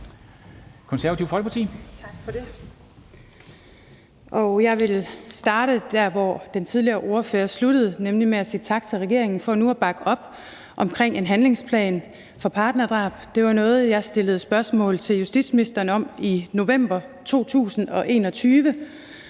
Jeg vil starte der, hvor den tidligere ordfører sluttede, nemlig med at sige tak til regeringen for nu at bakke op om en handlingsplan om partnerdrab. Det var noget, jeg stillede spørgsmål til justitsministeren om tilbage i november 2021,